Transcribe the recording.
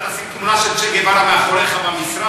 מה, אתה תשים תמונה של צ'ה גווארה מאחוריך במשרד?